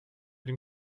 den